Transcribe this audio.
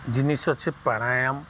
ଜିନିଷ ଅଛି ପ୍ରଣାୟାମ୍